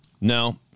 No